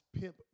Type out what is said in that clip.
Pimp